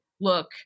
look